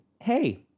hey